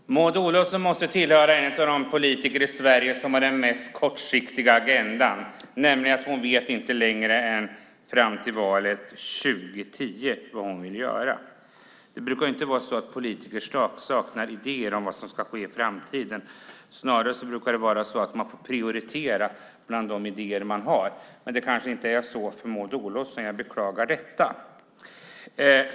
Fru talman! Maud Olofsson måste vara en av de politiker i Sverige som har den mest kortsiktiga agendan. Hon vet nämligen inte vad hon vill göra längre än fram till valet 2010. Det brukar inte vara så att politiker saknar idéer om vad som ska ske i framtiden. Snarare brukar det vara så att man får prioritera bland de idéer man har. Men det kanske inte är så för Maud Olofsson. Jag beklagar detta.